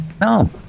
no